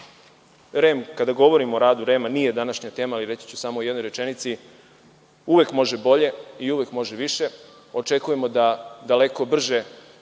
Saveta. Kada govorimo o radu REM-a, nije današnja tema, ali reći ću samo u jednoj rečenici, uvek može bolje i uvek može više. Očekujemo da daleko brže